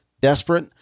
desperate